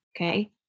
Okay